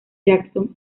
jackson